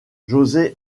josé